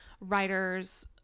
writers